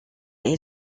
est